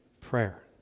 prayer